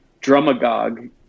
Drumagog